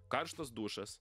karštas dušas